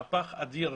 היה במגזר מהפך אדיר